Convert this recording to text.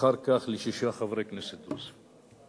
אחר כך לשישה חברי כנסת דרוזים.